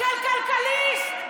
של כלכליסט,